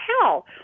hell